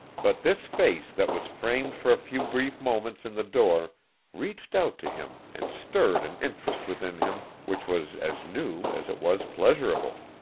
but this face that was framed for a few brief moments in the door reached out to him and stirred an interest within him which was as new as it was pleasurable.